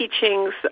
teachings